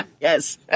Yes